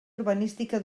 urbanística